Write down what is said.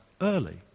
early